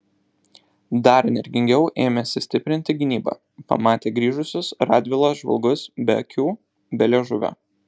dar energingiau ėmėsi stiprinti gynybą pamatę grįžusius radvilos žvalgus be akių be liežuvio